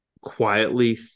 quietly